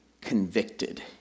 convicted